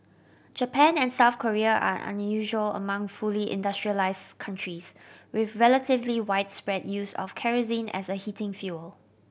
Japan and South Korea are unusual among fully industrialised countries with relatively widespread use of kerosene as a heating fuel